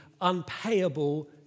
unpayable